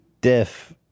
diff